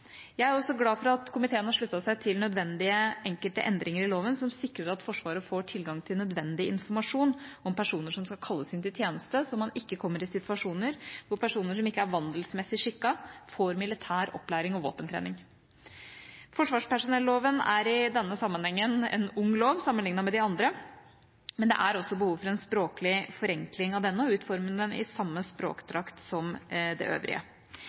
Jeg er også glad for at komiteen har sluttet seg til enkelte nødvendige endringer i loven som sikrer at Forsvaret får tilgang til nødvendig informasjon om personer som skal kalles inn til tjeneste, så man ikke kommer i situasjoner hvor personer som ikke er vandelsmessig skikket, får militær opplæring og våpentrening. Forsvarspersonelloven er en ung lov sammenlignet med de andre, men det er også behov for en språklig forenkling av denne og for å utforme den i samme språkdrakt som de øvrige.